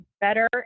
better